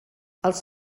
els